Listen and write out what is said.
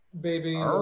Baby